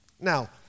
Now